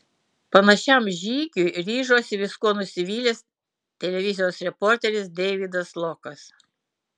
panašiam žygiui ryžosi viskuo nusivylęs televizijos reporteris deividas lokas